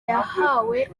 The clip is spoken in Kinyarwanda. yahawe